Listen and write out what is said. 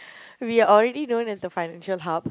we are already known as the financial hub